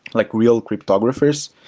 like real cryptographers,